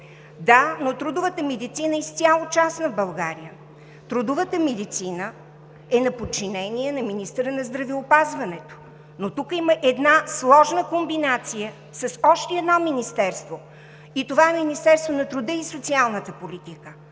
Да, но трудовата медицина е изцяло частна в България. Трудовата медицина е на подчинение на министъра на здравеопазването. Тук има обаче една сложна комбинация с още едно Министерство и това е Министерството на труда и социалната политика.